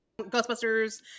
Ghostbusters